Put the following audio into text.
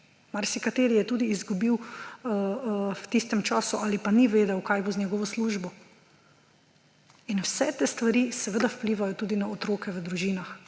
Marsikateri je tudi izgubil v tistem času ali pa ni vedel, kaj bo z njegovo službo. In vse te stvari seveda vplivajo tudi na otroke v družinah.